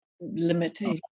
limitation